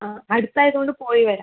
ആ അടുത്ത് ആയതുകൊണ്ട് പോയി വരാം